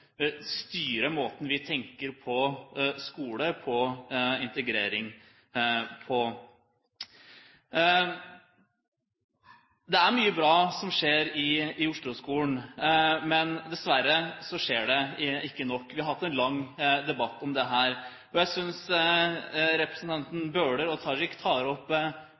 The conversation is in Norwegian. styre måten vi tenker på skole og integrering på. Det er mye bra som skjer i Oslo-skolen, men dessverre skjer det ikke nok. Vi har hatt en lang debatt om dette, og jeg synes representantene Bøhler og Tajik tar opp